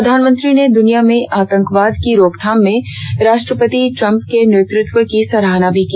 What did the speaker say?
प्रधानमंत्री ने दुनिया में आतंकवाद की रोकथाम में राष्ट्रपति ट्रम्प के नेतृत्व की सराहना भी की